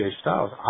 Styles